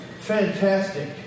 Fantastic